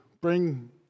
bring